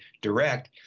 direct